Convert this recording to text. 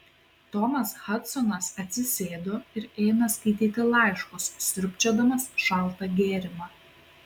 tomas hadsonas atsisėdo ir ėmė skaityti laiškus sriubčiodamas šaltą gėrimą